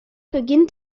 beginnt